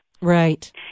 Right